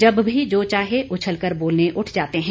जब भी जो चाहे उछलकर बोलने उठ जाते हैं